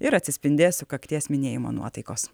ir atsispindės sukakties minėjimo nuotaikos